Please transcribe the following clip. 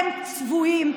אתם צבועים.